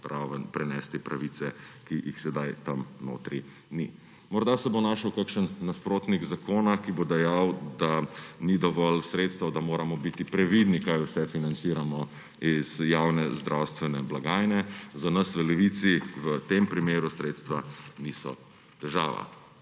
raven prenesti pravice, ki jih sedaj tam notri ni. Morda se bo našel kakšen nasprotnik zakona, ki bo dejal, da ni dovolj sredstev, da moramo biti previdni, kaj vse financiramo iz javne zdravstvene blagajne. Za nas v Levici v tem primeru sredstva niso težava.